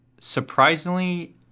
Surprisingly